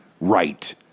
right